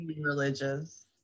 Religious